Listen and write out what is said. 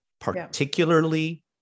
particularly